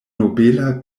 nobela